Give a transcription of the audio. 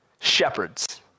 Shepherds